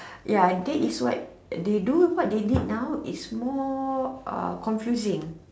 ya that is what they do what they did now it's more uh confusing